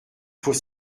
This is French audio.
faut